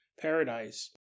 paradise